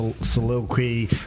soliloquy